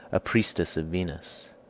a priestess of venus.